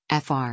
FR